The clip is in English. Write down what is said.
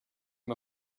him